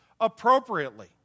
appropriately